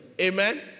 Amen